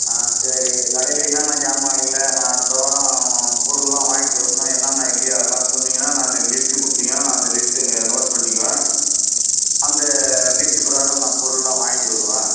ஆ சரி கடையில என்னென்ன சாமான் இல்லை நான் அடுத்த வாரம் பொருள்லாம் வாங்கிகிட்டு வரணும் என்னென்ன இல்லையோ அதெல்லாம் சொன்னீங்கன்னா நான் லிஸ்ட்டு கொடுத்தீங்கன்னா நான் அந்த லிஸ்ட்டை இங்கே நோட் பண்ணிக்குவேன் அந்த லிஸ்ட்டு பிரகாரம் நான் பொருள்லாம் வாங்கிகிட்டு வருவேன்